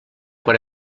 quan